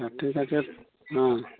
ᱴᱷᱤᱠ ᱟᱪᱷᱮ ᱦᱮᱸ